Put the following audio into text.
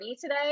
today